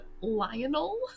Lionel